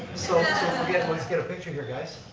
so let's get let's get a picture here guys.